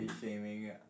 shaming